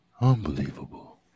Unbelievable